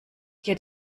geht